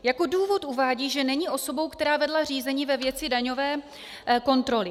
Jako důvod uvádí, že není osobou, která vedla řízení ve věci daňové kontroly.